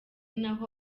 naho